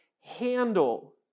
handle